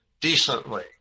decently